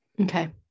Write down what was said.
Okay